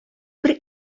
бер